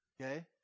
Okay